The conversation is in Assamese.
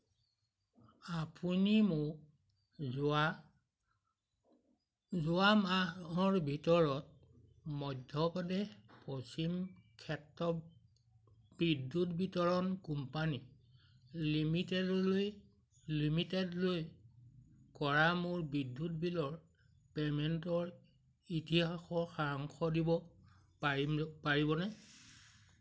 আপুনি মোক যোৱা যোৱা মাহৰ ভিতৰত মধ্যপ্ৰদেশ পশ্চিম ক্ষেত্ৰ বিদ্যুৎ বিতৰণ কোম্পানী লিমিটেডলৈ লিমিটেডলৈ কৰা মোৰ বিদ্যুৎ বিলৰ পে'মেণ্টৰ ইতিহাসৰ সাৰাংশ দিব পাৰিবনে